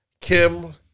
Kim